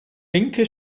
vincke